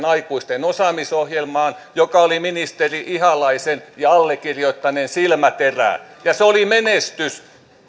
aikuisten osaamisohjelmaan joka oli ministeri ihalaisen ja allekirjoittaneen silmäterä ja se oli menestys